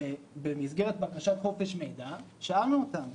במסגרת בקשת חופש מידע, ושאלנו אותם: